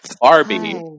Barbie